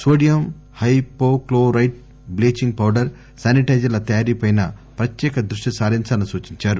sodium hypochlorite bleaching powder శానిటైజర్ల తయారీపై ప్రత్యేక దృష్టి సారించాలని సూచించారు